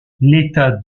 l’état